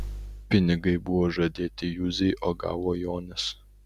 pinigai buvo žadėti juzei o gavo jonis